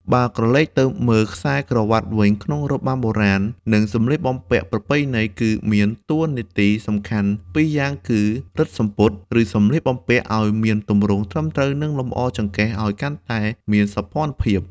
បើក្រឡេកទៅមើលខ្សែក្រវាត់វិញក្នុងរបាំបុរាណ និងសម្លៀកបំពាក់ប្រពៃណី គឺមានតួនាទីសំខាន់ពីរយ៉ាងគឺ រឹតសំពត់ ឬសម្លៀកបំពាក់ ឲ្យមានទម្រង់ត្រឹមត្រូវ និងលម្អចង្កេះឲ្យកាន់តែមានសោភ័ណភាព។